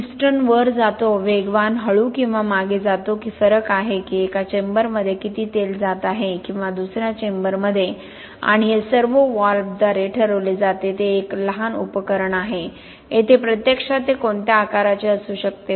piston वर जातो वेगवान हळू किंवा मागे जातो की फरक आहे की एका चेंबरमध्ये किती तेल जात आहे किंवा दुसर्या चेंबरमध्ये आणि हे सर्वोव्हॉल्व्हद्वारे ठरवले जाते ते एक लहान उपकरण आहे येथे प्रत्यक्षात ते कोणत्या आकाराचे असू शकते